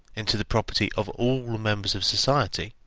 into the property of all members of society,